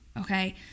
okay